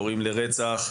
קוראים לרצח.